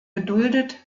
geduldet